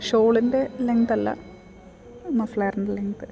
ഷോളിൻ്റെ length അല്ല മഫ്ലറിൻ്റെ length